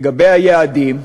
לגבי היעדים,